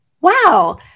wow